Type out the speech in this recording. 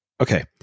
okay